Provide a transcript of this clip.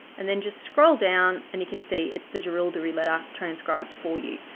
and then just scroll down and you can see it's the jerilderie letter transcribed for you.